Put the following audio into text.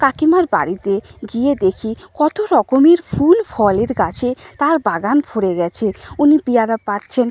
কাকিমার বাড়িতে গিয়ে দেখি কত রকমের ফুল ফলের গাছে তার বাগান ভরে গিয়েছে উনি পেয়ারা পাড়ছেন